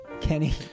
Kenny